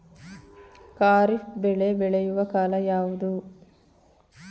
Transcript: ಖಾರಿಫ್ ಬೆಳೆ ಬೆಳೆಯುವ ಕಾಲ ಯಾವುದು?